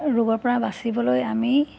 ৰোগৰ পৰা বাচিবলৈ আমি